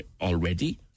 already